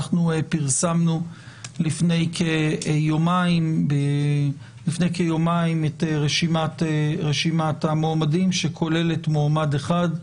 אנחנו פרסמנו לפני כיומיים את רשימת המועמדים שכוללת מועמד אחד,